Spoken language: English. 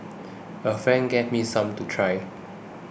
a friend gave me some to try